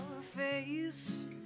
face